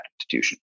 institution